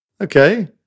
Okay